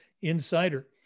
Insider